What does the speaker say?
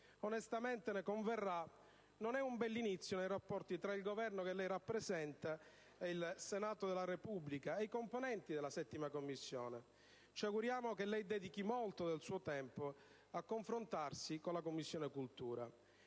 onestamente, ne converrà, non è un bell'inizio nei rapporti tra il Governo che lei rappresenta e il Senato della Repubblica, e i componenti della 7a Commissione permanente. Ci auguriamo che lei dedichi molto del suo tempo a confrontarsi con la Commissione.